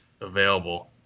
available